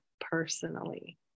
personally